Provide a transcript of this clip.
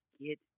get